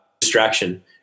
distraction